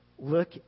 Look